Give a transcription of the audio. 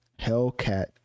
Hellcat